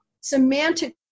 semantic